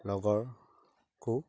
লগৰকো